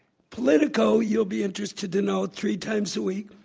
politico, you'll be interested to know, three times a week,